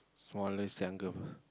smallest younger